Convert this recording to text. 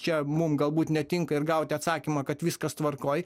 čia mum galbūt netinka ir gauti atsakymą kad viskas tvarkoj